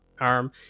ARM